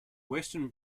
western